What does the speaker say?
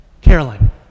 Caroline